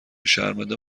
شرمنده